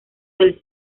del